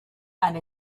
and